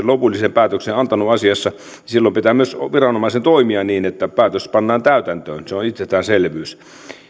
lopullisen päätöksen antanut asiassa niin silloin pitää myös viranomaisen toimia niin että päätös pannaan täytäntöön se on itsestäänselvyys